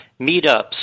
meetups